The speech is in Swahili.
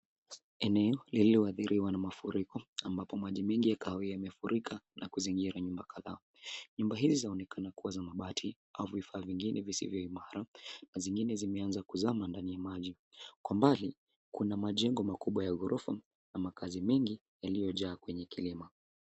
Eneo lililoathiriwa na mafuriko ambapo maji mengi ya kahawia yamefurika na kuzingira nyumba kadhaa. Nyumba hizi zaonekana kuwa za mabati au vifaa vingine visivyo imara na zingine zimeanza kuzama ndani ya maji. Kwa mbali, kuna majengo makubwa ya ghorofa na makazi mengi yaliyojaa kwenye kilima.